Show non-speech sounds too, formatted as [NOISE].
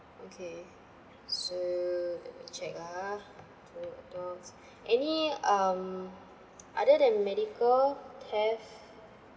okay so let me check ah two adults [BREATH] any um other than medical theft